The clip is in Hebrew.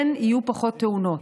ויהיו פחות תאונות,